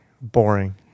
Boring